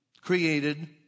created